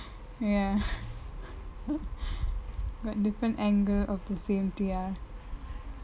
ya got different angle of the same T_R